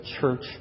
church